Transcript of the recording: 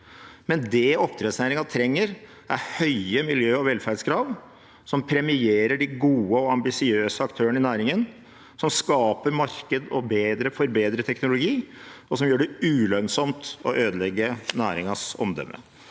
men det oppdrettsnæringen trenger, er høye miljø- og velferdskrav som premierer de gode og ambisiøse aktørene i næringen, som skaper marked og forbedret teknologi, og som gjør det ulønnsomt å ødelegge næringens omdømme.